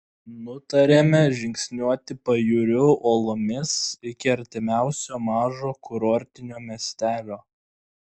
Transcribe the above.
nutarėme žingsniuoti pajūriu uolomis iki artimiausio mažo kurortinio miestelio